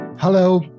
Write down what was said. Hello